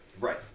Right